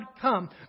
come